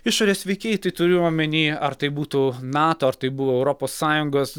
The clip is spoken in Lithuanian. išorės veikėjai tai turiu omeny ar tai būtų nato ar tai buvo europos sąjungos